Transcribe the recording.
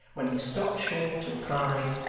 when he stopped short and cried,